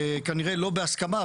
כנראה לא בהסכמה.